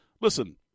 Listen